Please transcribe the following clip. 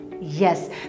Yes